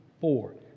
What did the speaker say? four